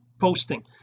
posting